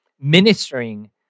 ministering